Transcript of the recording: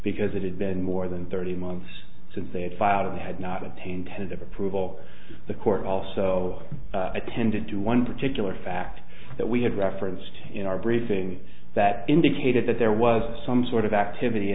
because it had been more than thirty months since they had filed and had not a painted of approval the court also attended to one particular fact that we had referenced in our briefing that indicated that there was some sort of activity